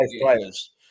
players